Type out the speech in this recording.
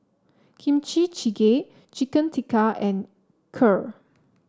Kimchi Jjigae Chicken Tikka and Kheer